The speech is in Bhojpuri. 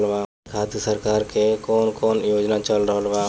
किसान खातिर सरकार क कवन कवन योजना चल रहल बा?